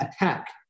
attack